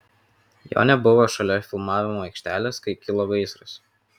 jo nebuvo šalia filmavimo aikštelės kai kilo gaisras